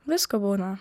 visko būna